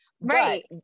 Right